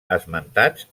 esmentats